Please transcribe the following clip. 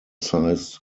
sized